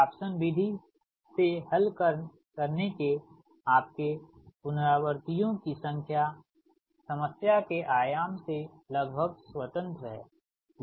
new ton Raphson विधि से हल करने के आपके पुनारावृतियों की संख्या समस्या के आयाम से लगभग स्वतंत्र है